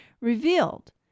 revealed